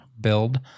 build